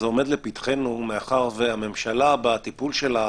עומד לפתחנו מאחר והממשלה בטיפול שלה